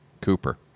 Cooper